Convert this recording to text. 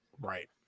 Right